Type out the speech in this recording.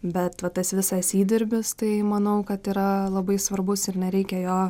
bet va tas visas įdirbis tai manau kad yra labai svarbus ir nereikia jo